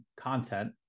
content